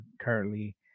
currently